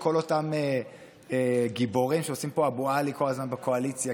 לכל אותם גיבורים שעושים פה אבו עלי כל הזמן בקואליציה,